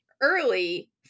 early